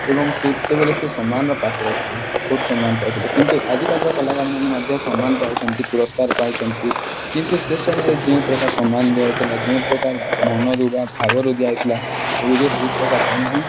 ଏବଂ ସେତେବେଳେ ସେ ସମ୍ମାନର ପାତ୍ର ଥିଲେ ବହୁତ ସମ୍ମାନ ପାଉଥିଲେ କିନ୍ତୁ ଆଜିକାଲିର କଳାକାରମାନେ ମଧ୍ୟ ସମାନ ପାଉଛନ୍ତି ପୁରସ୍କାର ପାଉଛନ୍ତି କିନ୍ତୁ ସେ ସମୟରେ ଯେଉଁ ପ୍ରକାର ସମ୍ମାନ ଦିଆଯାଉଥିଲା ଯେଉଁ ପ୍ରକାର ମନରୁ ବା ଭାବରୁ ଦିଆଯାଉଥିଲା ଏବେ ସେହି ପ୍ରକାର ହେଉନାହିଁ